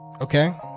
okay